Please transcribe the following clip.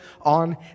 on